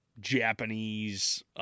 Japanese